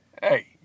Hey